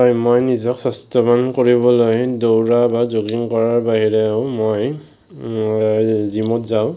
হয় মই নিজক স্বাস্থ্যৱান কৰিবলৈ দৌৰা বা জ'গিং কৰাৰ বাহিৰেও মই জিমত যাওঁ